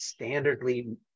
standardly